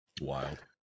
Wild